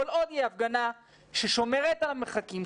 כל עוד היא הפגנה ששומרת על המרחקים,